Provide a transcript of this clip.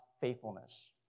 faithfulness